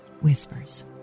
whispers